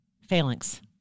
Phalanx